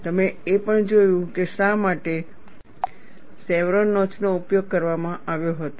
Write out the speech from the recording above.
તમે એ પણ જોયું કે શા માટે શેવરોન નોચનો ઉપયોગ કરવામાં આવ્યો હતો